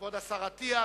כבוד השר אטיאס,